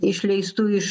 išleistų iš